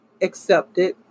accepted